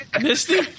Misty